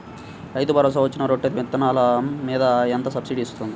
రైతు భరోసాలో పచ్చి రొట్టె విత్తనాలు మీద ఎంత సబ్సిడీ ఇస్తుంది?